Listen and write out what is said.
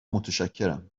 متشکرم